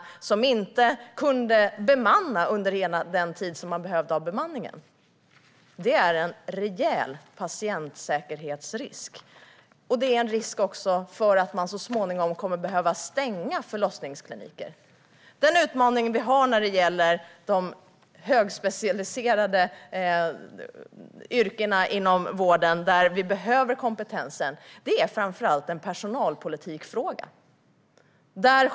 Man kunde inte heller bemanna under den tid det behövdes bemanning. Detta är en rejäl patientsäkerhetsrisk, och det innebär även en risk för att man så småningom kommer att behöva stänga förlossningskliniker. Den utmaning vi har när det gäller de högspecialiserade yrkena inom vården där vi behöver kompetens är framför allt en fråga om personalpolitik.